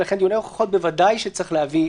ולכן דיוני הוכחות ודאי שצריך להביא